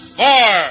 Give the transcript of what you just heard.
four